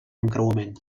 encreuament